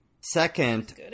Second